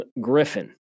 Griffin